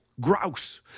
grouse